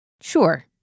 sure